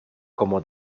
como